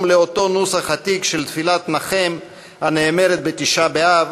לאותו נוסח עתיק של תפילת "נחם" הנאמרת בתשעה באב,